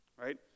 right